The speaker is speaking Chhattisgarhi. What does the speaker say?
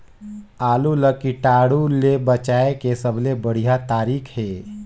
आलू ला कीटाणु ले बचाय के सबले बढ़िया तारीक हे?